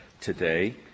today